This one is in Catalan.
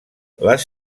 les